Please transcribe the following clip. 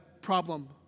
problem